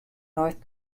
north